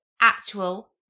actual